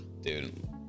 Dude